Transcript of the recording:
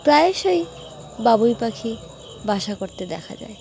প্রায়শই বাবুই পাখি বাসা করতে দেখা যায়